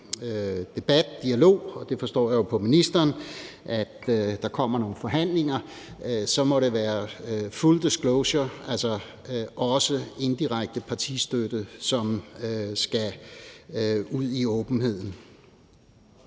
debat og dialog – og jeg forstår jo på ministeren, at der kommer nogle forhandlinger – så må det være full disclosure, altså også indirekte partistøtte, som skal ud i åbenheden.